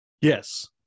Yes